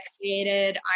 created